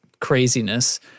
craziness